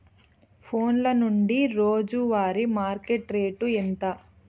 ఫోన్ల నుండి రోజు వారి మార్కెట్ రేటు ఎంత?